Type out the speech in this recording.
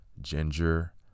ginger